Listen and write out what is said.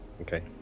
Okay